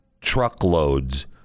truckloads